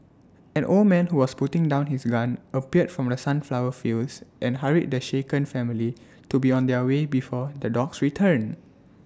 an old man who was putting down his gun appeared from the sunflower fields and hurried the shaken family to be on their way before the dogs return